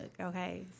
okay